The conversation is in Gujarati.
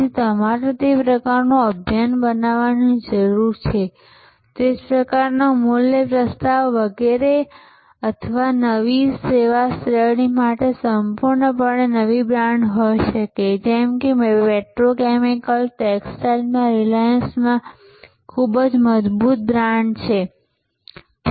તેથી તમારે તે પ્રકારનું અભિયાન બનાવવાની જરૂર છે જે પ્રકારનું મૂલ્ય પ્રસ્તાવ વગેરે અથવા નવી સેવા શ્રેણી માટે સંપૂર્ણપણે નવી બ્રાન્ડ હોઈ શકે છે જેમ કે પેટ્રોકેમિકલ્સ ટેક્સટાઇલમાં રિલાયન્સ ખૂબ જ મજબૂત બ્રાન્ડ છે વગેરે